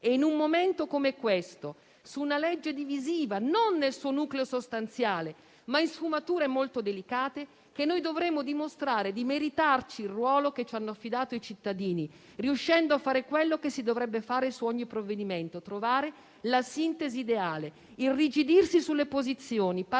È in un momento come questo, su una legge divisiva non nel suo nucleo sostanziale, ma in sfumature molto delicate, che noi dovremmo dimostrare di meritarci il ruolo che ci hanno affidato i cittadini, riuscendo a fare quello che si dovrebbe fare su ogni provvedimento: trovare la sintesi ideale. Irrigidirsi sulle posizioni, parlare